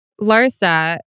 Larsa